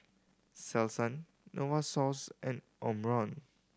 Selsun Novosource and Omron